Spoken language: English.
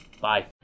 bye